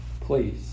Please